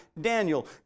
Daniel